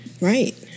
Right